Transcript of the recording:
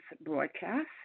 broadcast